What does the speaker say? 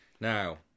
Now